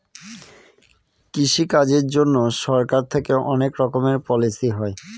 কৃষি কাজের জন্যে সরকার থেকে অনেক রকমের পলিসি হয়